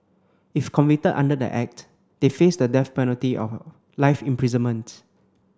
if convicted under the act they face the death penalty or life imprisonment